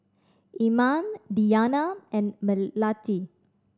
Iman Diyana and Melati